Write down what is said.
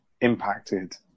impacted